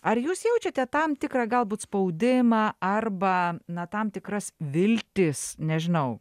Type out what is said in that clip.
ar jūs jaučiate tam tikrą galbūt spaudimą arba na tam tikras viltis nežinau